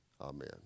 Amen